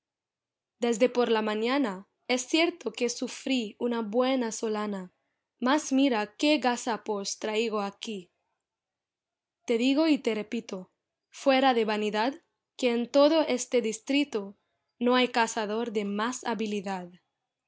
desde por la mañana es cierto que sufrí una buena solana más mira qué gazapos traigo aquí te digo y te repito fuera de vanidad que en todo este distrito no hay cazador de más habilidad